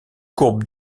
courbes